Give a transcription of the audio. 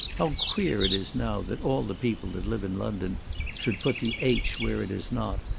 how queer it is now, that all the people that live in london should put the h where it is not,